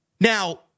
Now